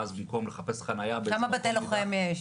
ואז במקום לחפש חניה באיזה מקום נידח --- כמה בתי לוחם יש,